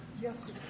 Yes